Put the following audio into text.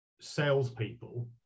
salespeople